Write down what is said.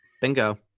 Bingo